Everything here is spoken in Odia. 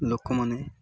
ଲୋକମାନେ